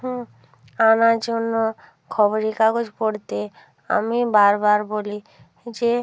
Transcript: হুম আনার জন্য খবরের কাগজ পড়তে আমি বারবার বলি যে